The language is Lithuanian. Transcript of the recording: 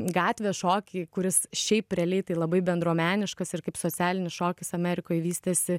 gatvės šokį kuris šiaip realiai tai labai bendruomeniškas ir kaip socialinis šokis amerikoj vystėsi